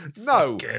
No